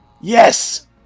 Yes